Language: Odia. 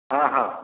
ହଁ ହଁ